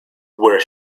where